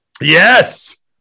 Yes